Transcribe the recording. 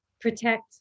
protect